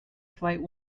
flight